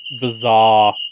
bizarre